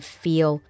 feel